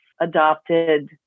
adopted